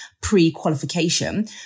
pre-qualification